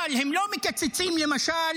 אבל הם לא מקצצים למשל